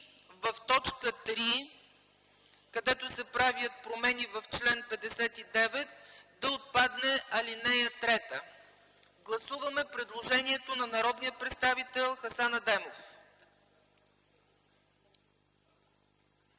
в т. 3, където се правят промени в чл. 59, да отпадне ал. 3. Гласуваме предложението на народния представител Хасан Адемов.